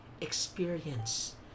experience